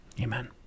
Amen